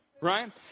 right